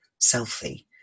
selfie